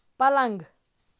پلنٛگ